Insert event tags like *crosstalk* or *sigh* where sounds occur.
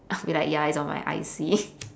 *laughs* be like ya it's on my I_C